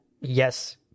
yes